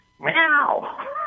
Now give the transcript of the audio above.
meow